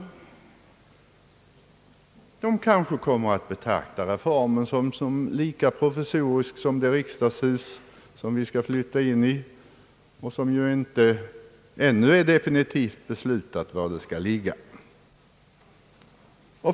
Ledamöterna kanske kommer att betrakta reformen som lika provisorisk som det riksdagshus vi skall flytta in i och som vi ännu inte har definitivt beslutat var det skall ligga.